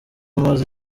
mose